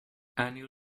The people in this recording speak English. annual